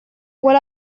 vuol